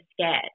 scared